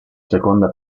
seconda